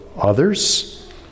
others